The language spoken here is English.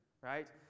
right